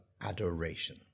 adoration